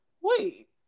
wait